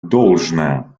должное